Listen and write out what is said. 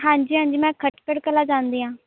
ਹਾਂਜੀ ਹਾਂਜੀ ਮੈਂ ਖਟਕੜ ਕਲਾਂ ਜਾਂਦੀ ਹਾਂ